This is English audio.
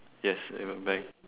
yes have a bank